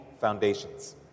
foundations